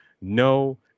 no